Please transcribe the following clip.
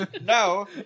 No